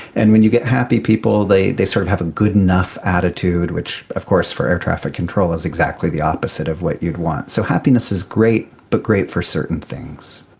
and when you get happy people, they they sort of have a good enough attitude, which of course for air traffic control is exactly the opposite of what you'd want. so happiness is great, but great for certain things.